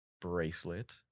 bracelet